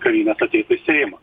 kavinės ateitų į seimą